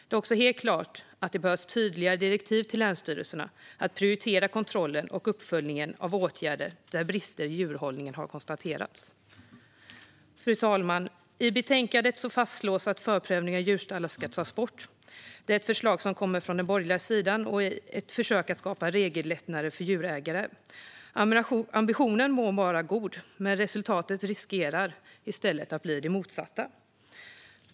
Det är också helt klart att det behövs tydligare direktiv till länsstyrelserna om att prioritera kontrollen och uppföljningen av åtgärder där brister i djurhållningen har konstaterats. Fru talman! I betänkandet fastslås att förprövningen av djurstallar ska tas bort. Det är ett förslag som kommer från den borgerliga sidan i ett försök att skapa regellättnader för djurägare. Ambitionen må vara god, men resultatet riskerar att bli det motsatta.